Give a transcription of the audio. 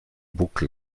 buckel